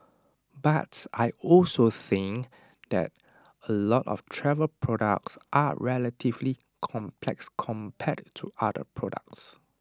but I also think that A lot of travel products are relatively complex compared to other products